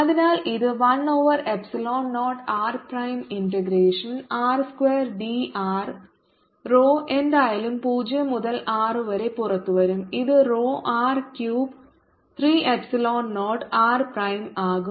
അതിനാൽ ഇത് 1 over epsilon 0 r prime integration r square d r rho എന്തായാലും 0 മുതൽ r വരെ പുറത്തുവരും ഇത് rho R cube 3 epsilon 0 r prime ആകും